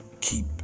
keep